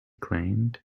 claimed